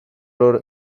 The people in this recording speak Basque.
lor